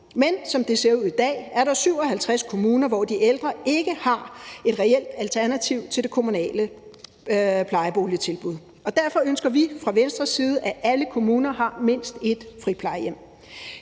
Men som det ser ud i dag, er der 57 kommuner, hvor de ældre ikke har et reelt alternativ til det kommunale plejeboligtilbud. Derfor ønsker vi fra Venstres side, at alle kommuner har mindst ét friplejehjem.